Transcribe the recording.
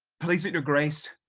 please it your grace,